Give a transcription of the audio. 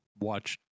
watch